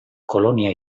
kolonia